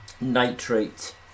nitrate